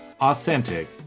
authentic